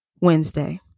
Wednesday